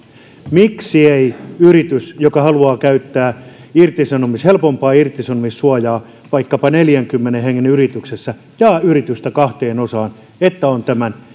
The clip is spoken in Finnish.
miksi ei yritys joka haluaa käyttää helpompaa irtisanomissuojaa vaikkapa neljänkymmenen hengen yrityksessä jaa yritystä kahteen osaan jotta se on tämän